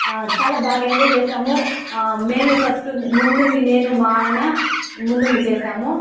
చాలా బాగా ఎంజాయ్ చేశాము మేమే ఫస్ట్ ఉంది ముందుండి నేను మా ఆయన ముందుండి చేశాము